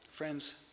Friends